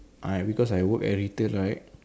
ah because I work at retail right